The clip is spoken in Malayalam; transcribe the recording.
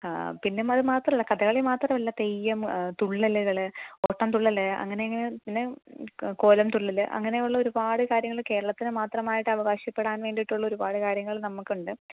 പിന്നെ അത് മാത്രം അല്ല കഥകളി മാത്രം അല്ല തെയ്യം തുളളലുകള് ഓട്ടംതുള്ളല് അങ്ങനെ അങ്ങനെ പിന്നെ കോലംതുള്ളല് അങ്ങനെയുള്ള ഒരുപാട് കാര്യങ്ങള് കേരളത്തില് മാത്രമായിട്ട് അവകാശപ്പെടാൻ വേണ്ടിയിട്ടുള്ള ഒരുപാട് കാര്യങ്ങൾ നമുക്കുണ്ട്